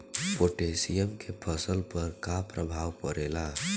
Potassium के फसल पर का प्रभाव पड़ेला?